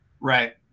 right